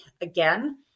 again